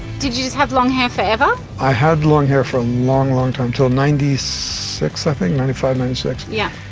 did you just have long hair forever? i had long hair for a long long time, until ninety six i think, ninety five ninety six. yeah.